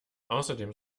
außerdem